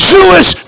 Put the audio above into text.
Jewish